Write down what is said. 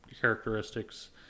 characteristics